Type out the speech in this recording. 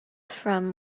from